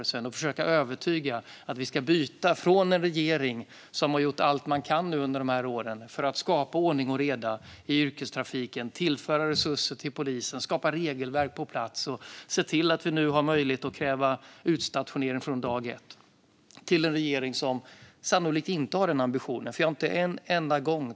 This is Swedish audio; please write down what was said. Man ska alltså försöka övertyga om att vi ska byta från en regering som har gjort allt man kan under de här åren för att skapa ordning och reda i yrkestrafiken genom att tillföra resurser till polisen, skapa regelverk på plats och se till att vi nu har möjlighet att kräva utstationering från dag ett, till en regering som sannolikt inte har den ambitionen.